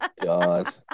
god